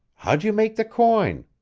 how'd you make the coin?